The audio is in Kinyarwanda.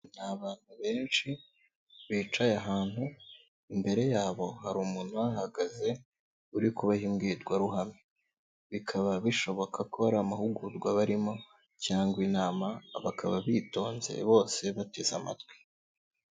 Ni abantu benshi bicaye ahantu imbere yabo hari umuntu bahagaze uri kubaha imbwirwaruhame, bikaba bishoboka ko hari amahugurwa barimo cyangwa inama bakaba bitonze bose bateze amatwi.